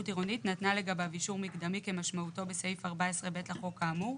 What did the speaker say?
עירונית נתנה לגביו אישור מקדמי כמשמעותו בסעיף 14(ב) לחוק האמור".